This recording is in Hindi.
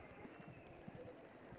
के.वाई.सी क्यों जरूरी है?